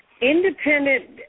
Independent